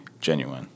genuine